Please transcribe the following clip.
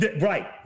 Right